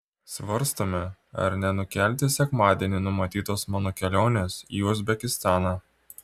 svarstome ar nenukelti sekmadienį numatytos mano kelionės į uzbekistaną